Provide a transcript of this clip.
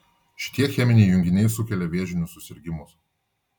šitie cheminiai junginiai sukelia vėžinius susirgimus